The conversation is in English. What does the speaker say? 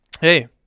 Hey